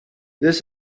this